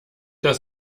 das